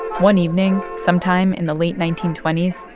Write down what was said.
one evening sometime in the late nineteen twenty s,